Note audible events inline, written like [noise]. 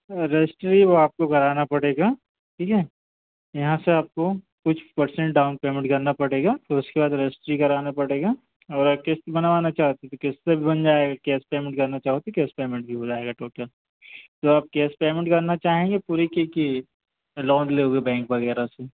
registry वह आपको कराना पड़ेगा ठीक है यहाँ से आपको कुछ पर्सेंट डाउन पेमेंट करना पड़ेगा फिर उसके बाद रजस्ट्री करना पड़ेगा और अगर [unintelligible] बनवाना चाहती तो [unintelligible] पे भी बन जाएगा कैस पेमेंट करना चाहो तो कैस पेमेंट भी हो जाएगा टोटल [unintelligible] आप केस पेमेंट करना चाहेंगे पूरी की की लौन लोगे बैंक वगेरह से